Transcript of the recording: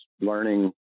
learning